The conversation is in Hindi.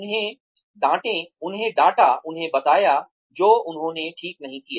उन्हें डांटा उन्हें बताया जो उन्होंने ठीक नहीं किया